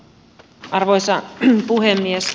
arvoisa puhemies